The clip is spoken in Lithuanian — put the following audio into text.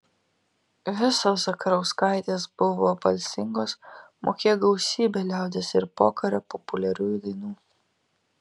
visos zakarauskaitės buvo balsingos mokėjo gausybę liaudies ir pokario populiariųjų dainų